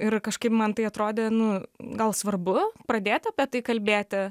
ir kažkaip man tai atrodė nu gal svarbu pradėti apie tai kalbėti